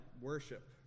worship